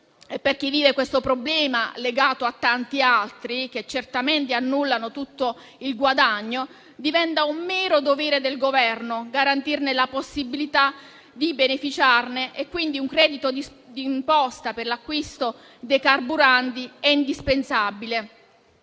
di chi vive questo problema, legato a tanti altri che certamente annullano tutto il guadagno, diventa un mero dovere del Governo garantire la possibilità di beneficiare di tale incentivo. Quindi, un credito di imposta per l'acquisto dei carburanti è indispensabile.